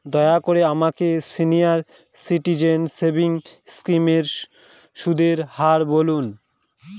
দয়া করে আমাকে সিনিয়র সিটিজেন সেভিংস স্কিমের সুদের হার বলুন